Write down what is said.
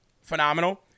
phenomenal